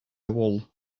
wool